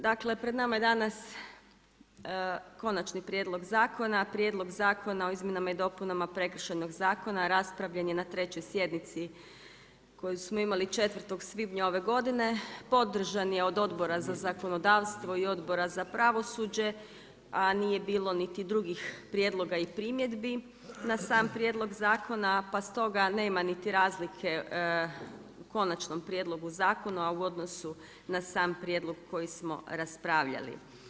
Dakle, pred nama je danas Konačni prijedlog zakona o izmjenama i dopunama Prekršajnog zakona raspravljen je na trećoj sjednici koju smo imali 4. svibnja ove godine podržan je od Odbora za zakonodavstvo i Odbora za pravosuđe a nije bilo niti drugih prijedloga i primjedbi na sam prijedlog zakona, pa stoga nema niti razlike u konačnom prijedlogu zakona, a uvodno su na sam prijedlog koji smo raspravljali.